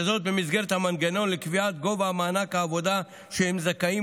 וזאת במסגרת המנגנון לקביעת גובה מענק העבודה שהם זכאים